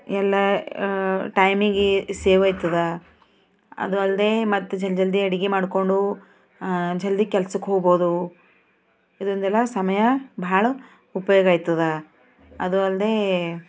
ಎಲ್ಲ ಟೈಮಿಗೆ ಸೇವ್ ಆಯ್ತದ ಅದು ಅಲ್ಲದೇ ಮತ್ತು ಜಲ್ ಜಲ್ದಿ ಅಡುಗೆ ಮಾಡಿಕೊಂಡು ಜಲ್ದಿ ಕೆಲ್ಸಕ್ಕೆ ಹೋಗೋದು ಇದರಿಂದೆಲ್ಲ ಸಮಯ ಭಾಳ ಉಪಯೋಗ ಆಯ್ತದ ಅದೂ ಅಲ್ಲದೇ